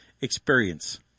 experience